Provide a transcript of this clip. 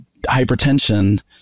hypertension